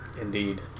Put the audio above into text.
Indeed